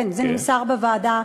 כן, זה נמסר בוועדה.